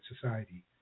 society